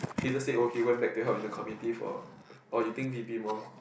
he just said oh he just went back to help in the committee for or you think V_P more